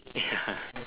yeah